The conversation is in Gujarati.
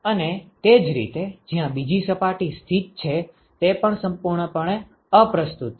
અને તે જ રીતે જ્યાં બીજી સપાટી સ્થિત છે તે પણ સંપૂર્ણપણે અપ્રસ્તુત છે